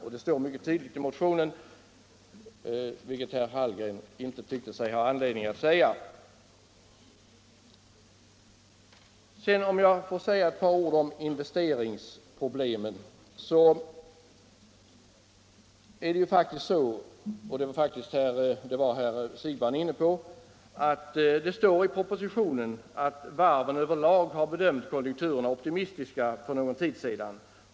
Detta står mycket tydligt i motionen, vilket herr Hallgren inte tyckte sig ha anledning att säga. När det gäller investeringsproblemen är det faktiskt så — och det var herr Siegbahn inne på — att det i propositionen står att varven över lag bedömt konjunkturerna optimistiskt för någon tid sedan.